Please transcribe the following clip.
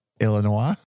Illinois